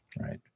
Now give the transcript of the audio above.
right